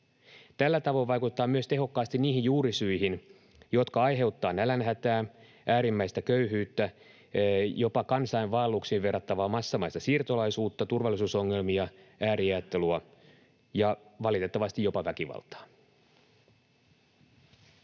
Tällä tavoin vaikutetaan myös tehokkaasti niihin juurisyihin, jotka aiheuttavat nälänhätää, äärimmäistä köyhyyttä, jopa kansainvaelluksiin verrattavaa massamaista siirtolaisuutta, turvallisuusongelmia, ääriajattelua ja valitettavasti jopa väkivaltaa.